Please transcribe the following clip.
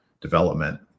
development